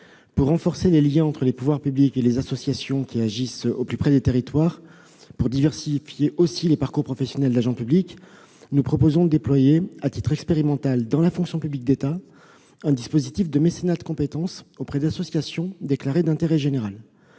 Pour renforcer les liens entre les pouvoirs publics et les associations qui agissent au plus près des territoires, pour diversifier aussi les parcours professionnels des agents publics, nous proposons de déployer à titre expérimental, dans la fonction publique d'État, un dispositif de mécénat de compétences auprès d'associations déclarées d'intérêt général.